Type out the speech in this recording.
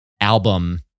album